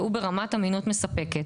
והוא ברמת אמינות מספקת.